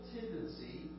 tendency